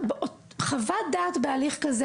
חוות דעת בהליך כזה,